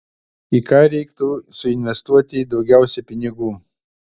į ką reiktų suinvestuoti daugiausiai pinigų